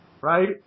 right